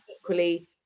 equally